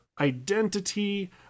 identity